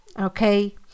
okay